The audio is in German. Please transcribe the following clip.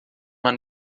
man